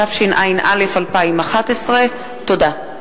התשע"א 2011. תודה.